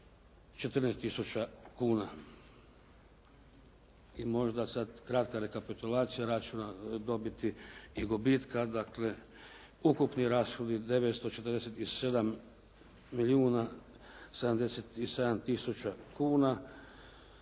tisuća kuna. I možda sada kratka rekapitulacija računa dobiti i gubitka. Dakle, ukupni rashodi 947 milijuna